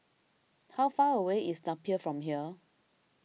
how far away is Napier from here